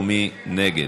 ומי נגד?